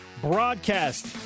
broadcast